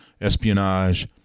espionage